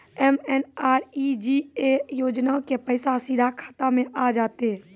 MNREGA योजना के पैसा सीधा खाता मे आ जाते?